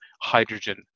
hydrogen